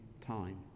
time